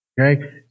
Okay